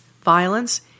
violence